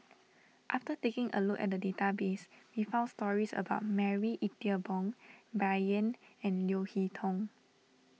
after taking a look at the database we found stories about Marie Ethel Bong Bai Yan and Leo Hee Tong